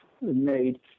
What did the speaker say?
made